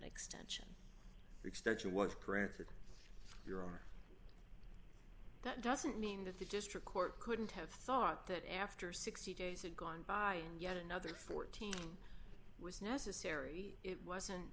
granted you're on that doesn't mean that the district court couldn't have thought that after sixty days had gone by and yet another fourteen was necessary it wasn't